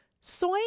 soy